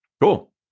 Cool